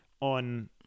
on